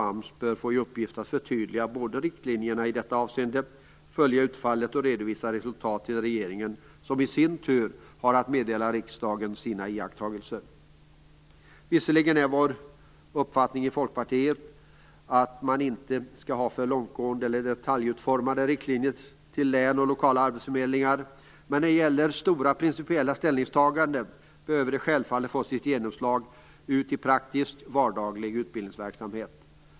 AMS bör få i uppgift att förtydliga riktlinjerna i detta avseende, följa utfallet och redovisa resultatet till regeringen, som i sin tur har att meddela riksdagen sina iakttagelser. Visserligen är vår uppfattning i Folkpartiet att man inte skall ha alltför långtgående och detaljutformade riktlinjer för län och lokala arbetsförmedlingar, men när det gäller stora principiella ställningstaganden behöver de självfallet få sitt genomslag i praktisk, vardaglig utbildningsverksamhet.